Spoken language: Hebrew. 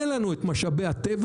אין לנו את משאבי הטבע,